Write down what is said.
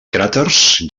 cràters